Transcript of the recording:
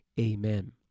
Amen